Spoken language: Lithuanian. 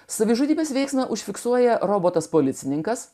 savižudybės veiksmą užfiksuoja robotas policininkas